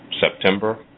September